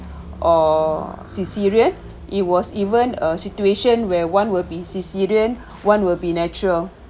or cesarean it was even a situation where one will be cesarean one will be natural